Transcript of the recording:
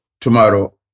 tomorrow